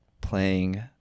Playing